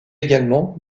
également